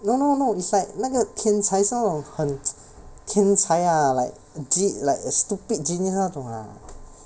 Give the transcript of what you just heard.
no no no is like 那个天才是那种很 天才 ah like ge~ like a stupid genius 那种 ah